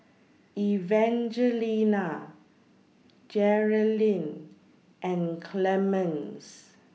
Evangelina Jerrilyn and Clemens